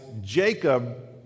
Jacob